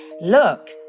look